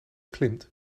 klimt